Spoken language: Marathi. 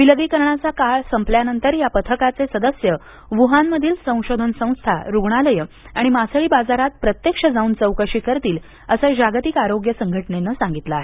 विलगीकरणाचा काळ संपल्यानंतर या पथकाचे सदस्य व्हानमधील संशोधन संस्था रुग्णालयं आणि मासळीबाजारात प्रत्यक्ष जाऊन चौकशी करतील असं जागतिक आरोग्य संघटनेनं सांगितलं आहे